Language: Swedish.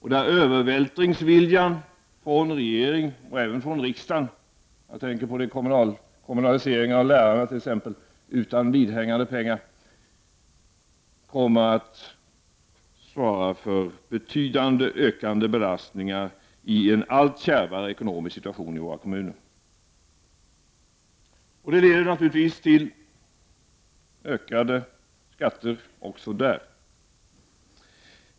Regeringens och även riksdagens övervältringsvilja — jag tänker t.ex. på kommunaliseringen av lärarna utan vidhängande pengar — kommer att medföra betydligt ökande belastningar i en allt kärvare ekonomisk situation för våra kommuner. Det leder naturligtvis till ökade skatter också där.